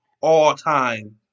all-time